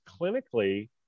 clinically